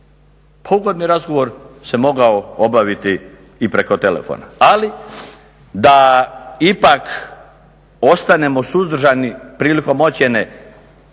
Ugodni razgovor se mogao obaviti i preko telefona. Ali da ipak ostanemo suzdržani prilikom ocjene